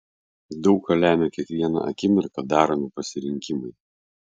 daug ką lemią kiekvieną akimirką daromi pasirinkimai